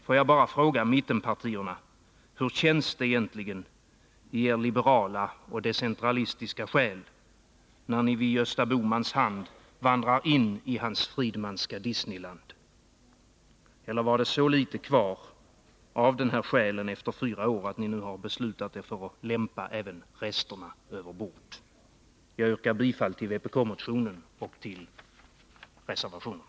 Får jag bara fråga mittenpartierna: Hur känns det egentligen i er liberala och decentralistiska själ när ni vid Gösta Bohmans hand vandrar in i hans Friedmanska Disneyland? Eller var det så litet kvar av den här själen efter fyra år, att ni nu beslutat er för att lämpa även resterna över bord? Jag yrkar bifall till vpk-motionen och till reservationerna.